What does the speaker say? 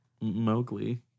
Mowgli